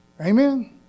Amen